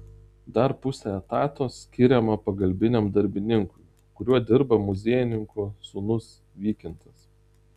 dar pusė etato skiriama pagalbiniam darbininkui kuriuo dirba muziejininkų sūnus vykintas